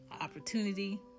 opportunity